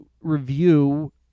review